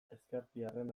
ezkertiarren